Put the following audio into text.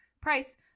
price